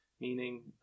meaning